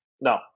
No